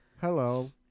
hello